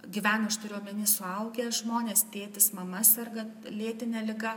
gyvena aš turiu omeny suaugę žmonės tėtis mama serga lėtine liga